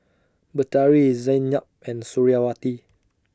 Batari Zaynab and Suriawati